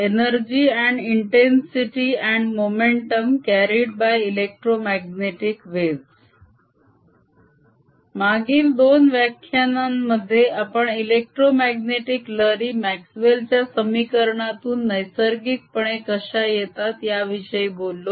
energy and intensity and momentum carried by electromagnetic waves मागील दोन व्याख्यानांमध्ये आपण इलेक्ट्रोमाग्नेटीक लहरी म्याक्स्वेल च्या समीकरणांतून नैसर्गिक पणे कश्या येतात याविषयी बोललो